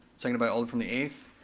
second by alder from the ninth,